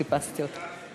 חיפשתי אותו.